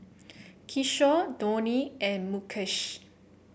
Kishore Dhoni and Mukesh